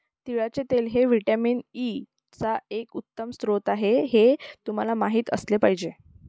तिळाचे तेल हे व्हिटॅमिन ई चा एक उत्तम स्रोत आहे हे तुम्हाला माहित असले पाहिजे